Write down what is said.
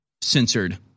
censored